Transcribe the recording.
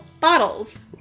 bottles